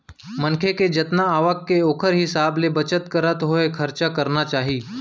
मनखे के जतना आवक के ओखर हिसाब ले बचत करत होय खरचा करना चाही